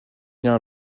bien